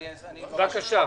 בבקשה.